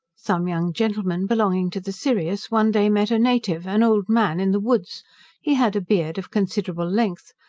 some young gentlemen belonging to the sirius one day met a native, an old man, in the woods he had a beard of considerable length,